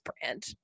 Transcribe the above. brand